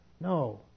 No